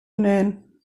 nähen